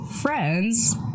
friends